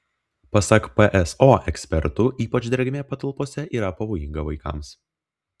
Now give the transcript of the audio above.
pasak pso ekspertų ypač drėgmė patalpose yra pavojinga vaikams